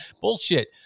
Bullshit